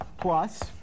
plus